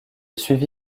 suivi